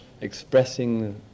expressing